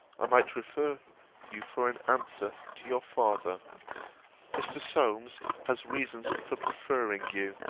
i might refer you for an answer to your father mr. solmes has reasons for preferring you